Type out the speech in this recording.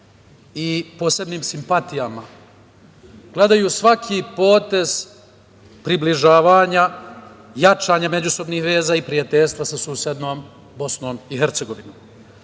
i posebnim simpatijama gledaju svaki potez približavanja, jačanja međusobnih veza i prijateljstva sa susednom BiH.Za nas